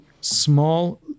small